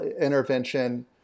intervention